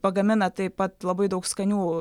pagamina taip pat labai daug skanių